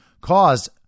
caused